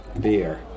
beer